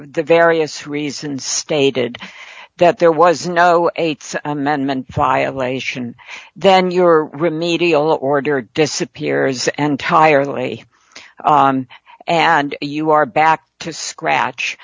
the various reasons stated that there was no eight's amendment violation then your remedial order disappears and tiredly and you are back to scratch